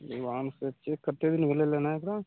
दिवानके छिए कतेक दिन भेलै लेनाइ एकरा